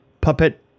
puppet